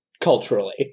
culturally